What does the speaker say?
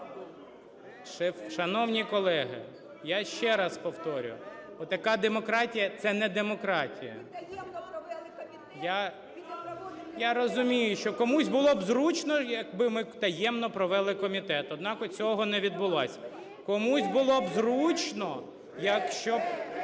шановні колеги! Я ще раз повторюю: от яка демократія – це не демократія. (Шум у залі) Я розумію, що комусь було б зручно, якби ми таємно провели комітет, однак, цього не відбулось. Комусь було б зручно, якщо